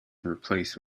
replaced